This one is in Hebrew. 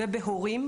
ובהורים.